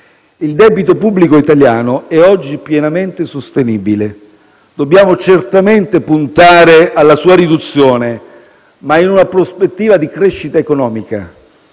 Il debito pubblico italiano è oggi pienamente sostenibile. Dobbiamo certamente puntare alla sua riduzione, ma in una prospettiva di crescita economica,